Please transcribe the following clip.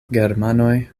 germanoj